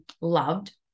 loved